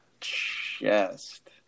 chest